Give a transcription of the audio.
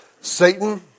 Satan